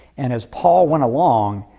and as paul went along,